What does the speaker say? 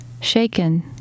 Shaken